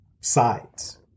sides